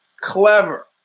clever